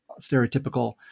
stereotypical